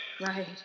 Right